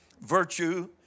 virtue